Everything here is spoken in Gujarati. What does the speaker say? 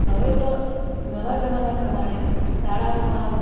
હવે તો નવા જમાના પ્રમાણે શાળાઓમાં